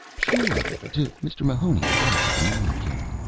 sure. to mr. mahoney, the boss at the mining camp.